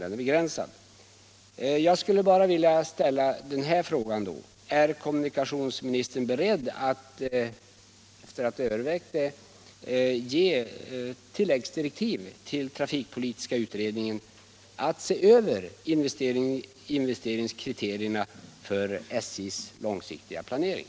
Jag skulle därför bara vilja ställa denna fråga: Är kommunikationsministern beredd att, efter att ha övervägt det, ge tilläggsdirektiv till trafikpolitiska utredningen att se över investeringskriterierna för SJ:s långsiktiga planering?